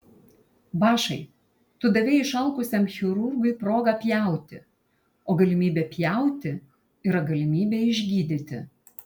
bašai tu davei išalkusiam chirurgui progą pjauti o galimybė pjauti yra galimybė išgydyti